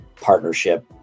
partnership